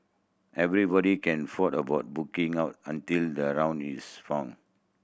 everybody can ford about booking out until the round is found